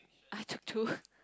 I took two